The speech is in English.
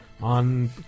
on